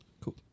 Cool